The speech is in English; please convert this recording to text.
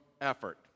effort